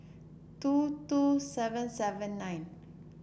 two two seven seven nine